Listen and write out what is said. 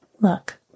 Look